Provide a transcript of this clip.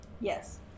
Yes